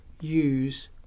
use